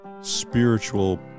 spiritual